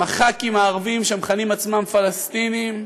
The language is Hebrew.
אם הח"כים הערבים, שמכנים עצמם פלסטינים,